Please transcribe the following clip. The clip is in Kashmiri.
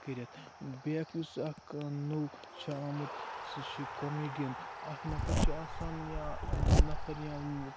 کٔرِتھ بیاکھ یُس اکھ نٔو چھُ آمُت سُہ چھُ کومیٖڈِین اکھ نَفر چھُ آسان یا نَفر یا